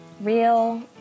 real